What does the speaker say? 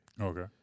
Okay